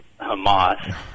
Hamas